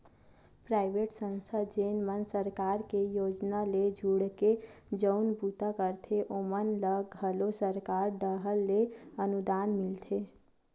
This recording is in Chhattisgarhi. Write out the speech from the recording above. पराइवेट संस्था जेन मन सरकार के योजना ले जुड़के जउन बूता करथे ओमन ल घलो सरकार डाहर ले अनुदान मिलथे